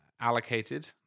allocated